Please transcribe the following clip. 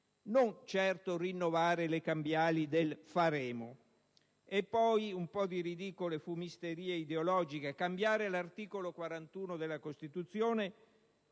non certo a rinnovare le cambiali del "faremo". E poi un po' di ridicole fumisterie ideologiche: cambiare l'articolo 41 della Costituzione,